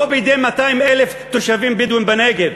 לא בידי 200,000 תושבים בדואים בנגב.